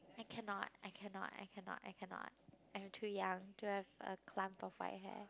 I cannot I cannot I cannot I cannot I'm too young to have a clump of white hair